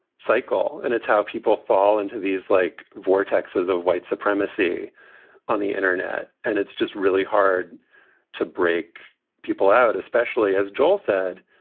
cycle, and it's how people fall into these like vortexes of white supremacy on the internet. and it's just really hard to break people out, especially as joel said,